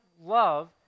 love